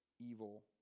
evil